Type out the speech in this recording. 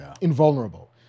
invulnerable